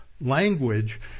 language